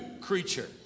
creature